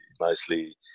nicely